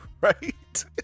right